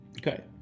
Okay